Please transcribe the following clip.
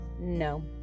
no